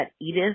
Edith